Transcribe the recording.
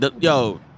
yo